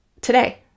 today